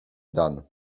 dan